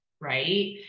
right